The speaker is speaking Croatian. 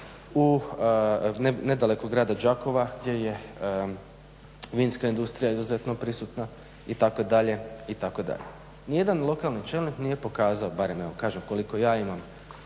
nedaleko od grada Đakova gdje je vinska industrija izuzetno prisutna itd. Nijedan lokalni čelnik nije pokazao barem evo kažem koliko ja imam